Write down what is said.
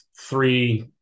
three